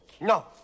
No